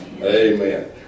amen